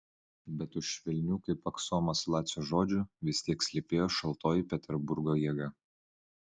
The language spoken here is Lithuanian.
bet už švelnių kaip aksomas lacio žodžių vis tiek slypėjo šaltoji peterburgo jėga